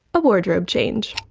a wardrobe change.